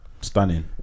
Stunning